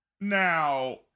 Now